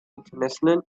international